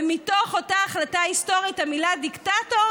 ומתוך אותה החלטה היסטורית המילה דיקטטור